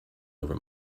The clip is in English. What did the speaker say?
over